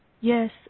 Yes